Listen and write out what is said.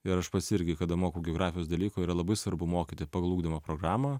ir aš pats irgi kada mokau geografijos dalykų yra labai svarbu mokyti pagal ugdymą programą